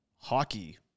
hockey